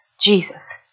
Jesus